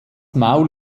maul